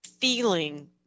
feeling